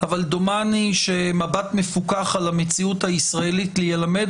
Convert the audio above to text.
אבל דומני שמבט מפוקח על המציאות הישראלית ילמד